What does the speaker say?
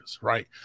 right